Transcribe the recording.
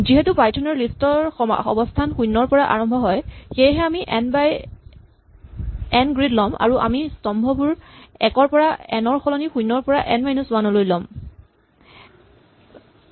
যিহেতু পাইথন ৰ লিষ্ট ৰ অৱস্হান শূণ্যৰ পৰা আৰম্ভ হয় সেয়ে আমি এন বাই এন গ্ৰীড ল'ম আৰু আমি স্তম্ভবোৰ ১ ৰ পৰা এন ৰ সলনি ০ ৰ পৰা এন মাইনাচ ৱান লৈ নম্বৰ দিম